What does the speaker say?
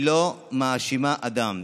היא לא מאשימה אדם.